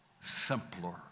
simpler